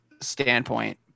standpoint